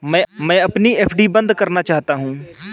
मैं अपनी एफ.डी बंद करना चाहता हूँ